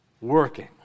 working